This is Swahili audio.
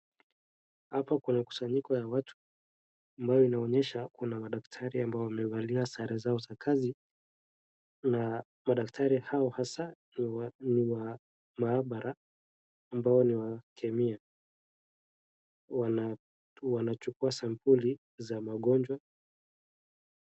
Hapa kuna kusanyiko ya watu ambayo inaonyesha kuna madaktari ambao wamevalia sare zao za kazi na madaktari hao hasa ni wa maabara ambao ni wa kemia wanachukua sampuli za magonjwa.